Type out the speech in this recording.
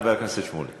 חבר הכנסת איציק שמולי.